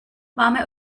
warme